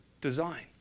design